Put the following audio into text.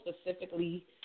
specifically